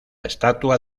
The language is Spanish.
estatua